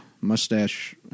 mustache